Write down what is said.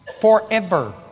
Forever